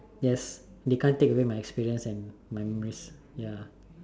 yes they can't take away my experience and my memories ya